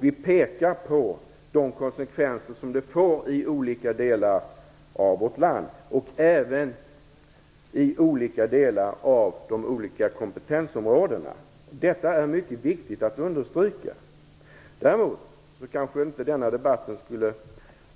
Vi pekar på de konsekvenser som det får i olika delar av vårt land och även i olika delar av de olika kompetensområdena. Det är mycket viktigt att understryka, Däremot borde denna debatt kanske inte